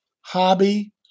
hobby